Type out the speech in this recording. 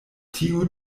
tiu